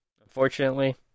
unfortunately